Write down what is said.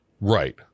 Right